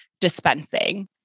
dispensing